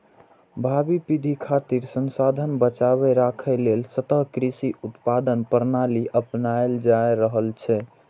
भावी पीढ़ी खातिर संसाधन बचाके राखै लेल सतत कृषि उत्पादन प्रणाली अपनाएल जा रहल छै